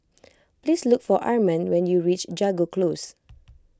please look for Armand when you reach Jago Close